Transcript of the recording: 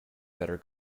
better